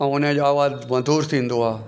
ऐं हुनजो आवाज़ु मधुर थींदो आहे